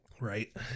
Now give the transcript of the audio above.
Right